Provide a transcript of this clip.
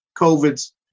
COVID's